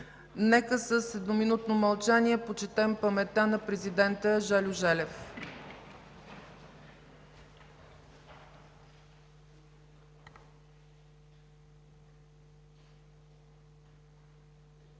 Нека с едноминутно мълчание почетем паметта на президента Желю Желев.